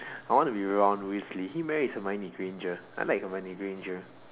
I want to be Ron Weasley he marries Hermione Granger I like Hermione Granger